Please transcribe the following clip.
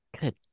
Good